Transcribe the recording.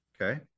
okay